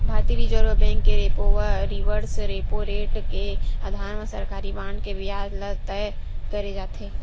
भारतीय reserve bank के repo व रिवर्स रेपो रेट के अधार म सरकारी बांड के बियाज ल तय करे जाथे